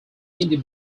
indie